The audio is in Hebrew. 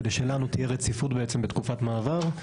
כדי שלנו תהיה רציפות בתקופת המעבר.